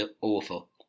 awful